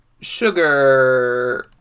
sugar